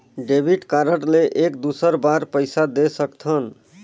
Debit card ले एक दुसर बार पइसा दे सकथन?